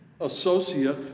associate